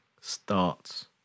Starts